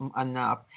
enough